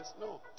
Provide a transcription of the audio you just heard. no